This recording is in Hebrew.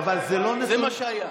זה מה שהיה.